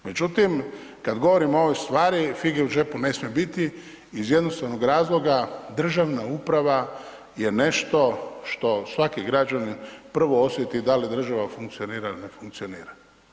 Međutim kad govorimo o ovoj stvari fige u džepu ne smije biti iz jednostavnog razloga državna uprava je nešto svaki građanin prvo osjeti da li država funkcionira ili ne funkcionira.